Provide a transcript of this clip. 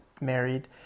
married